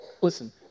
Listen